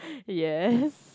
yes